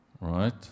right